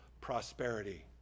prosperity